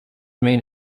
main